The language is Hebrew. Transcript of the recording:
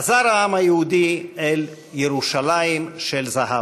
חזר העם היהודי אל ירושלים של זהב.